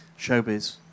showbiz